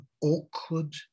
awkward